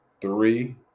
three